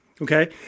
okay